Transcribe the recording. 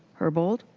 herbold.